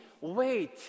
Wait